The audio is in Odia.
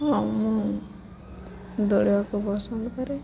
ହଁ ମୁଁ ଦୌଡ଼ିବାକୁ ପସନ୍ଦ କରେ